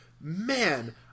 Man